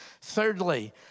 Thirdly